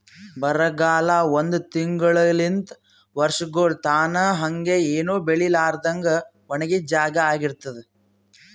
ಬರಗಾಲ ಒಂದ್ ತಿಂಗುಳಲಿಂತ್ ವರ್ಷಗೊಳ್ ತನಾ ಹಂಗೆ ಏನು ಬೆಳಿಲಾರದಂಗ್ ಒಣಗಿದ್ ಜಾಗಾ ಆಗಿ ಇರ್ತುದ್